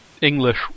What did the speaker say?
English